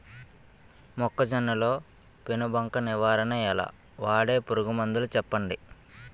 మొక్కజొన్న లో పెను బంక నివారణ ఎలా? వాడే పురుగు మందులు చెప్పండి?